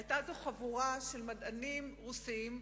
היתה זו חבורה של מדענים רוסים,